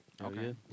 Okay